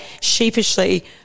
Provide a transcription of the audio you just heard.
sheepishly